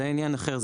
זה עניין אחר.